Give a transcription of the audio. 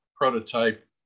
prototype